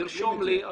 תרשום לי.